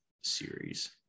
series